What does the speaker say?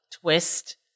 twist